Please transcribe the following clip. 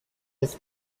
his